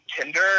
Tinder